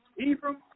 Ephraim